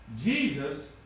Jesus